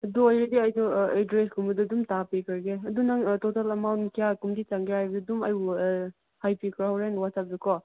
ꯑꯗꯨ ꯑꯣꯏꯔꯗꯤ ꯑꯩꯗꯣ ꯑꯦꯗ꯭ꯔꯦꯁꯒꯨꯝꯕꯗꯨ ꯑꯗꯨꯝ ꯊꯥꯕꯤꯈ꯭ꯔꯒꯦ ꯑꯗꯨ ꯅꯪ ꯇꯣꯇꯦꯜ ꯑꯦꯃꯥꯎꯟ ꯀꯌꯥꯒꯨꯝꯕꯗꯤ ꯆꯪꯒꯦꯔꯥ ꯍꯥꯏꯕꯗꯨ ꯑꯗꯨꯝ ꯑꯩꯕꯨ ꯍꯥꯏꯕꯤꯈ꯭ꯔꯣ ꯍꯣꯔꯦꯟ ꯋꯥꯆꯞꯇꯀꯣ